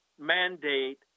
mandate